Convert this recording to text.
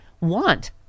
want